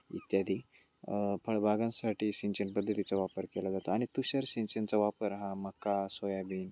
इत्यादी फळबागांसाठी सिंचन पद्धतीचा वापर केला जातो आणि तुषार सिंचनाचा वापर हा मका सोयाबीन